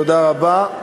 תודה רבה.